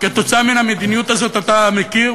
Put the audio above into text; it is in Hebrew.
כתוצאה מהמדיניות הזאת אתה מכיר,